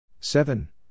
seven